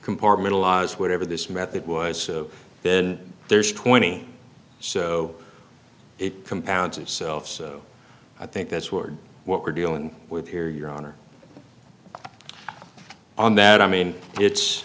compartmentalize whatever this method was so then there's twenty so it compounds itself so i think that's ward what we're dealing with here your honor on that i mean it's